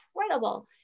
incredible